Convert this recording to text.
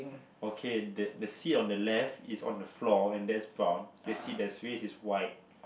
okay the the sea on the left is on the floor and that's brown the sea the space is white